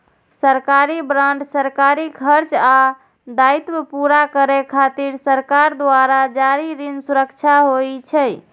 सरकारी बांड सरकारी खर्च आ दायित्व पूरा करै खातिर सरकार द्वारा जारी ऋण सुरक्षा होइ छै